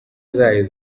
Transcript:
zayo